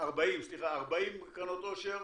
40 קרנות עושר.